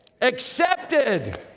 Accepted